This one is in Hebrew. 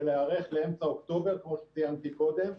להיערך לאמצע אוקטובר כמו שציינת קודם.